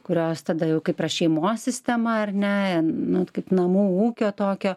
kurios tada jau kaip yra šeimos sistema ar ne nu kaip namų ūkio tokio